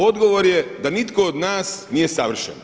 Odgovor je da nitko od nas nije savršen.